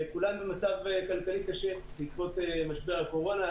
וכולן במצב כלכלי קשה בעקבות משבר הקורונה.